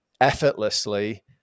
effortlessly